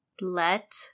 let